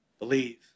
Believe